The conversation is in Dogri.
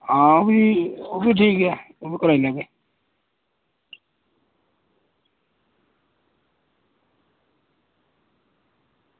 आं भी ओह्बी ठीक ऐ ओह्बी कराई लैगे